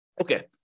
Okay